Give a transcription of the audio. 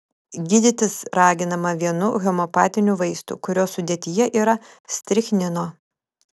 gydytis raginama vienu homeopatiniu vaistu kurio sudėtyje yra strichnino